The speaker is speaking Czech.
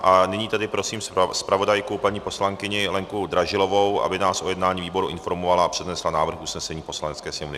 A nyní tedy prosím zpravodajku paní poslankyni Lenku Dražilovou, aby nás o jednání výboru informovala a přednesla návrh usnesení Poslanecké sněmovny.